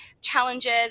challenges